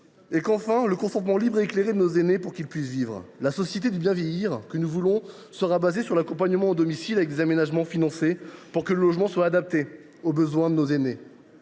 garantir le consentement libre et éclairé de nos aînés, pour qu’ils puissent vivre. La société du bien vieillir que nous voulons sera fondée sur l’accompagnement à domicile avec des aménagements financés pour que le logement soit adapté aux besoins de nos aînés.